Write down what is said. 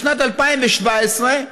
בשנת 2017,